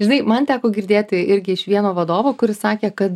žinai man teko girdėti irgi iš vieno vadovo kuris sakė kad